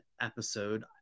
episode